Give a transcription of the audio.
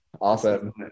Awesome